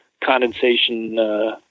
condensation